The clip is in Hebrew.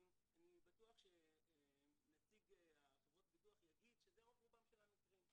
שאני בטוח שנציג חברות הביטוח יגיד שזה רוב רובם של המקרים.